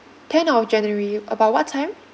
tenth of january about what time